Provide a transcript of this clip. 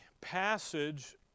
passage